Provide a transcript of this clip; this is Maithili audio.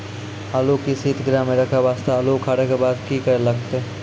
आलू के सीतगृह मे रखे वास्ते आलू उखारे के बाद की करे लगतै?